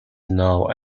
now